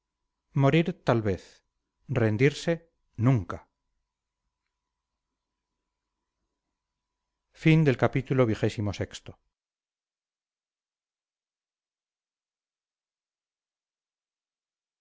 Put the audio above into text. morir tal vez rendirse nunca